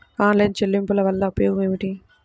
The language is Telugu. ఆన్లైన్ చెల్లింపుల వల్ల ఉపయోగమేమిటీ?